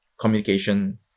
communication